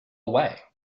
away